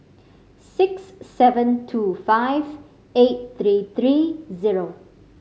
six seven two five eight three three zero